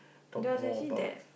talk more about